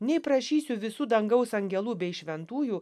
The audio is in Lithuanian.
nei prašysiu visų dangaus angelų bei šventųjų